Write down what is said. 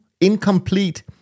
incomplete